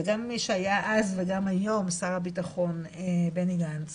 וגם מי שהיה אז וגם היום שר הבטחון בני גנץ